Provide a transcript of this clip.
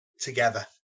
together